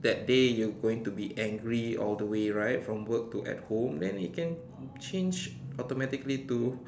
that day you going to be angry all the way right from work to at home then you can change automatically to